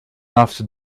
after